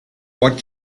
what